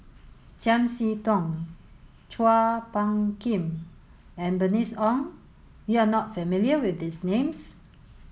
Chiam See Tong Chua Phung Kim and Bernice Ong you are not familiar with these names